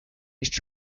each